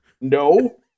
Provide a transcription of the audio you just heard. no